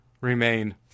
remain